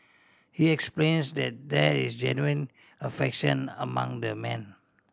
he explains that there is genuine affection among the men